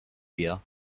beer